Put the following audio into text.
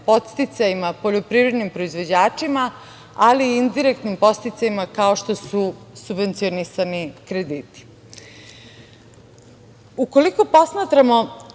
podsticajima poljoprivrednim proizvođačima, ali i indirektnim podsticajima kao što su subvencionisani krediti. Ukoliko posmatramo